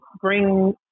bring